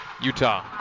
Utah